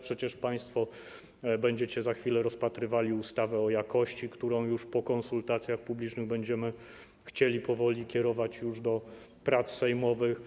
Przecież państwo będziecie za chwilę rozpatrywali ustawę o jakości w ochronie zdrowia, którą po konsultacjach publicznych będziemy chcieli powoli kierować już do prac sejmowych.